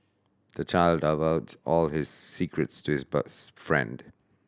the child divulged all his secrets to his best friend